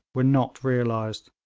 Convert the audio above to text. were not realised.